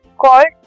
called